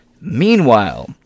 Meanwhile